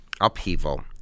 upheaval